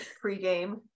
pre-game